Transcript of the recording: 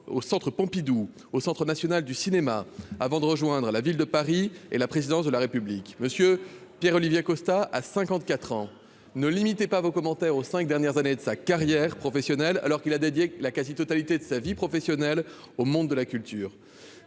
au Centre Pompidou, au Centre national du cinéma avant de rejoindre à la Ville de Paris et la présidence de la République Monsieur Pierre-Olivier Costa à 54 ans ne limitait pas vos commentaires au 5 dernières années de sa carrière professionnelle, alors qu'il a dédié la quasi-totalité de sa vie professionnelle au monde de la culture,